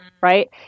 right